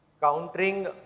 Countering